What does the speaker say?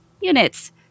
units